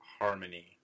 harmony